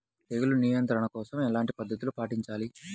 తెగులు నియంత్రణ కోసం ఎలాంటి పద్ధతులు పాటించాలి?